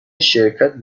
شرکت